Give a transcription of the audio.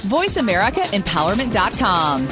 VoiceAmericaEmpowerment.com